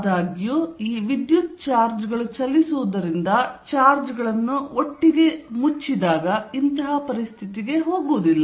ಆದಾಗ್ಯೂ ಈ ವಿದ್ಯುತ್ ಚಾರ್ಜ್ಗಳು ಚಲಿಸುವುದರಿಂದ ಚಾರ್ಜ್ಗಳನ್ನು ಒಟ್ಟಿಗೆ ಮುಚ್ಚಿದಾಗ ಇಂತಹ ಪರಿಸ್ಥಿತಿಗೆ ಹೋಗುವುದಿಲ್ಲ